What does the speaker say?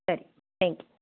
ಸರಿ thank you